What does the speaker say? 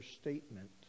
statement